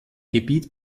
gebiet